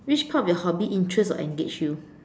which part of your hobby interest or engage you